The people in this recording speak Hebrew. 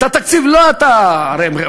את התקציב לא אתה, הרי